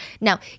Now